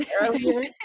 earlier